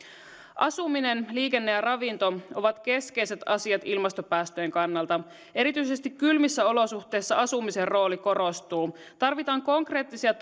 asuminen liikenne ja ravinto ovat keskeiset asiat ilmastopäästöjen kannalta erityisesti kylmissä olosuhteissa asumisen rooli korostuu tarvitaan konkreettisia